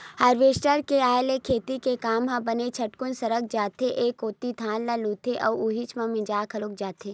harvester के आय ले खेती के काम ह बने झटकुन सरक जाथे एक कोती धान ल लुथे अउ उहीच म मिंजा घलो जथे